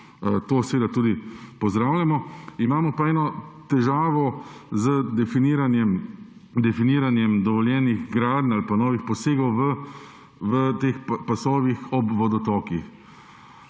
umik, kar tudi pozdravljamo. Imamo pa težavo z definiranjem dovoljenih gradenj ali pa novih posegov v pasovih ob vodotokih.